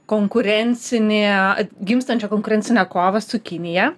konkurencinį atgimstančią konkurencinę kovą su kinija turbulencijos